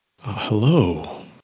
Hello